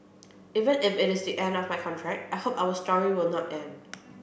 even if it is the end of my contract I hope our story will not end